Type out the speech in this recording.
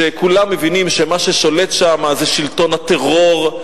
שכולם מבינים שמה ששולט שם זה שלטון הטרור,